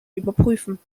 überprüfen